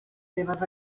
seves